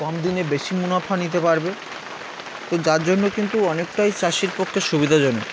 কম দিনে বেশি মুনাফা নিতে পারবে তো যার জন্য কিন্তু অনেকটাই চাষির পক্ষে সুবিধাজনক